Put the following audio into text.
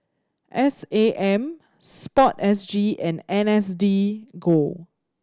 S A M SPORTSG and N S D go